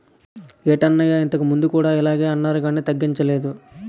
ఏటన్నయ్యా ఇంతకుముందు కూడా ఇలగే అన్నారు కానీ తగ్గించలేదు